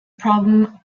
problem